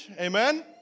Amen